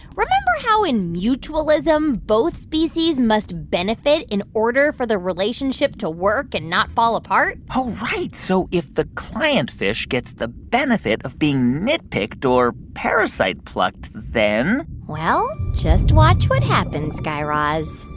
remember how in mutualism, both species must benefit in order for the relationship to work and not fall apart? oh, right. so if the client fish gets the benefit of being nitpicked or parasite plucked, then. well, just watch what happens, guy raz